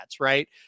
right